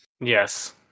Yes